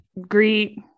greet